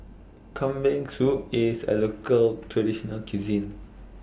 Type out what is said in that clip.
Kambing Soup IS A Local Traditional Cuisine